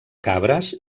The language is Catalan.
cabres